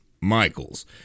Michaels